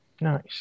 Nice